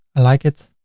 i like it.